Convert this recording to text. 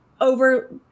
over